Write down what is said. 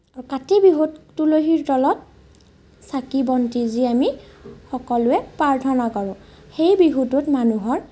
আৰু কাতি বিহুত তুলসীৰ তলত চাকি বন্তি দি আমি সকলোৱে প্ৰাৰ্থনা কৰোঁ সেই বিহুটোত মানুহৰ